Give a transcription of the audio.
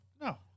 No